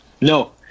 No